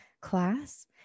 class